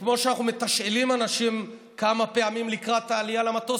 וכמו שאנחנו מתשאלים אנשים כמה פעמים לקראת העלייה למטוס,